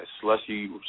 slushy